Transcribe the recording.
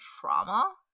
trauma